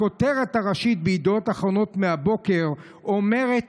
הכותרת הראשית בידיעות אחרונות מהבוקר אומרת